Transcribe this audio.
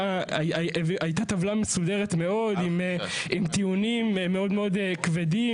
שהייתה טבלה מסודרת מאוד עם טיעונים מאוד מאוד כבדים,